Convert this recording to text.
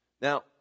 Now